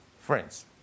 friends